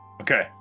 Okay